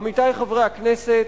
עמיתי חברי הכנסת,